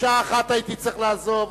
בשעה 13:00 הייתי צריך לעזוב,